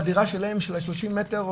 בדירה שלהם של השלושים מטר,